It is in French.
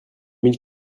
mille